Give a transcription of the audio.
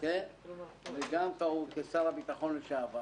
וגם כשר הביטחון לשעבר